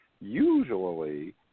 Usually